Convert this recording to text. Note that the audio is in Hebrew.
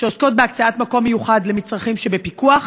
שעוסקות בהקצאת מקום מיוחד למצרכים שבפיקוח.